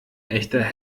echter